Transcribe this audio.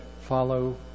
follow